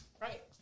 Right